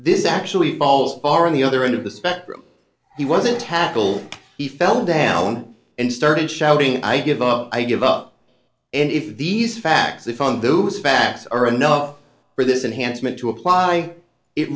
this actually falls far on the other end of the spectrum he wasn't tattle he fell down and started shouting i give up i give up and if these facts they found those facts are enough for this enhanced meant to apply it